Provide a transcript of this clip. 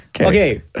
Okay